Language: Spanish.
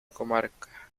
comarca